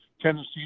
tendency